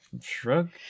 shrug